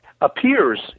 appears